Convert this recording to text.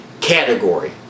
category